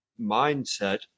mindset